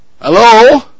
hello